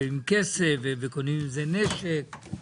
כסף שקונים איתו נשק.